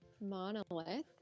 monolith